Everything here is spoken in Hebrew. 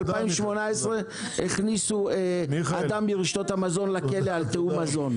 ב-2018 הכניסו אדם מרשתות המזון לכלא על תיאום מחירים.